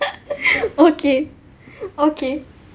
okay okay